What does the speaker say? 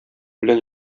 белән